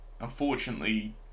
unfortunately